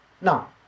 Now